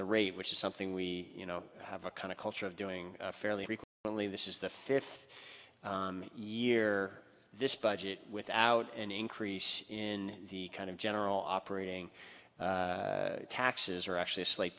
the rate which is something we you know have a kind of culture of doing fairly frequent but only this is the fifth year this budget without an increase in the kind of general operating taxes are actually a slight